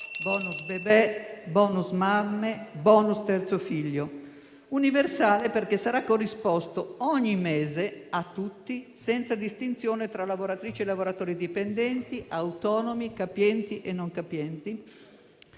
*bonus* bebè, *bonus* mamme, *bonus* terzo figlio); universale perché sarà corrisposto ogni mese a tutti, senza distinzione tra lavoratrici e lavoratori dipendenti, autonomi, capienti e non capienti,